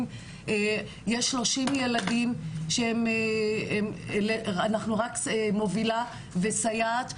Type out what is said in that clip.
יש שלושים ילדים שאנחנו רק מובילה וסייעת,